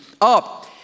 up